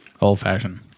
old-fashioned